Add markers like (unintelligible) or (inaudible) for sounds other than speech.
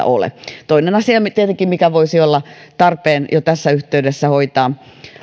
(unintelligible) ole toinen asia mikä tietenkin voisi olla tarpeen jo tässä yhteydessä hoitaa